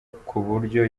kuburyo